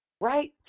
Right